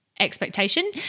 expectation